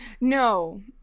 No